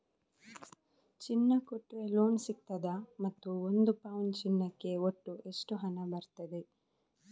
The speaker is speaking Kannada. ಚಿನ್ನ ಕೊಟ್ರೆ ಲೋನ್ ಸಿಗ್ತದಾ ಮತ್ತು ಒಂದು ಪೌನು ಚಿನ್ನಕ್ಕೆ ಒಟ್ಟು ಎಷ್ಟು ಹಣ ಬರ್ತದೆ?